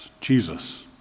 Jesus